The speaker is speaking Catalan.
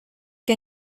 que